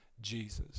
Jesus